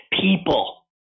people